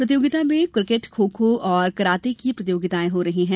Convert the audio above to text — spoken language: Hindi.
प्रतियोगिता में क्रिकेट खो खो और कराटे की प्रतियोगिताएं हो रही है